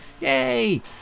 Yay